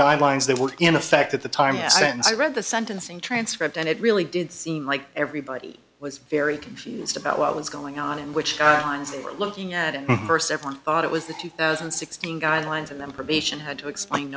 guidelines that were in effect at the time yes and i read the sentencing transcript and it really did seem like everybody was very confused about what was going on and which lines were looking at it st everyone thought it was the two thousand and sixteen guidelines and then probation had to explain